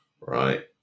Right